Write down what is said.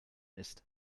ist